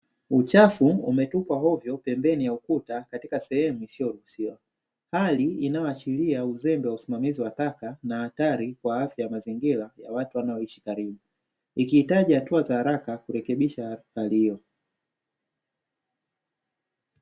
Uchafu umetupwa hovyo pembeni ya ukuta katika sehemu isiyoruhusiwa, hali inayoashiria uzembe wa usimamizi wa taka na hatari kwa afya ya mazingira ya watu wanaoishi karibu, ikihitaji hatua za haraka kurekebisha hali hiyo.